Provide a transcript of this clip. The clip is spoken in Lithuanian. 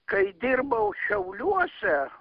kai dirbau šiauliuose